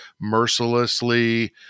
mercilessly